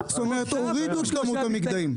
זאת אומרת, הורידו את כמות המקטעים.